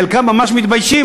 חלקם ממש מתביישים,